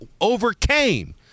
overcame